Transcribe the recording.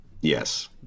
Yes